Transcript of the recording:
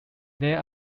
there